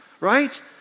right